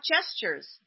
gestures